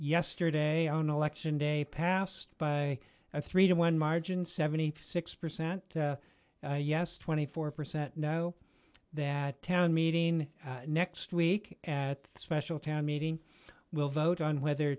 yesterday on election day passed by a three to one margin seventy six percent yes twenty four percent know that town meeting next week at the special town meeting will vote on whether